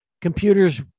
Computers